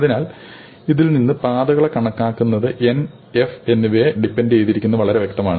അതിനാൽ ഇതിൽ നിന്ന് പാതകളെ കണക്കാക്കുന്നത് N F എന്നിവയെ ഡിപെൻഡ് ചെയ്തിരിക്കുന്നുവെന്ന് വളരെ വ്യക്തമാണ്